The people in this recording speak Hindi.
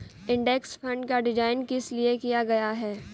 इंडेक्स फंड का डिजाइन किस लिए किया गया है?